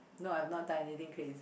no I've not done anything crazy